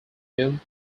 whom